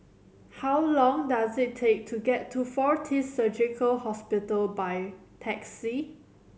how long does it take to get to Fortis Surgical Hospital by taxi